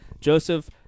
Joseph